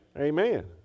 Amen